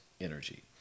energy